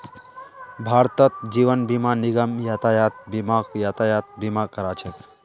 भारतत जीवन बीमा निगम यातायात बीमाक यातायात बीमा करा छेक